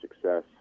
success